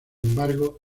embargo